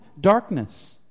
darkness